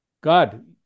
God